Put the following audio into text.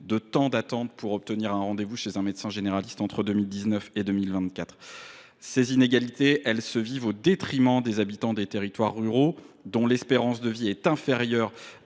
le temps d’attente pour obtenir un rendez vous chez un médecin généraliste a doublé entre 2019 et 2024. Ces inégalités se creusent au détriment des habitants des territoires ruraux. Leur espérance de vie est inférieure